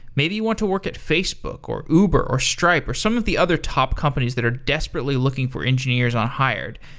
maybe you want to work at facebook, or uber, or stripe, or some of the other top companies that are desperately looking for engineers on hired.